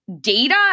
data